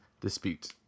dispute